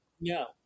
No